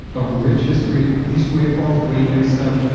a rich history. these wave forms, the way you mix them,